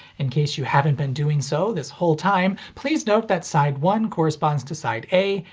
in case you haven't been doing so this whole time, please note that side one corresponds to side a,